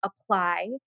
apply